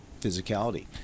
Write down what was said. physicality